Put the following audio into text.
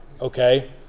Okay